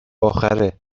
آخره